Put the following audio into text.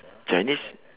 chinese